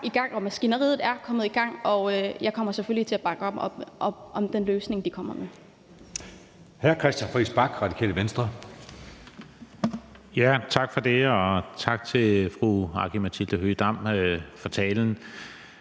i gang og maskineriet er kommet i gang, og jeg kommer selvfølgelig til at bakke op om den løsning, de kommer med.